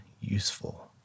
useful